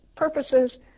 Purposes